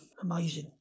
amazing